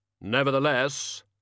Nevertheless